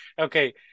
okay